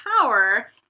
power